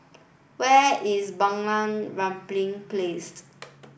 where is Bunga Rampai Placed